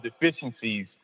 deficiencies